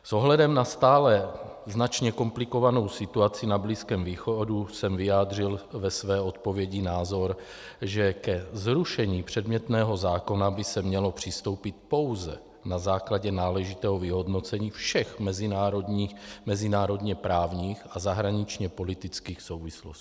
S ohledem na stále značně komplikovanou situaci na Blízkém východu jsem vyjádřil ve své odpovědi názor, že ke zrušení předmětného zákona by se mělo přistoupit pouze na základě náležitého vyhodnocení všech mezinárodních, mezinárodněprávních a zahraničněpolitických souvislostí.